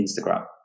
Instagram